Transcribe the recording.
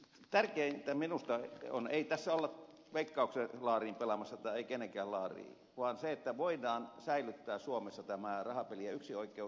tärkeintä minusta on eikä tässä olla veikkauksen laariin pelaamassa ei kenenkään laariin se että voidaan säilyttää suomessa tämä rahapelien yksinoikeus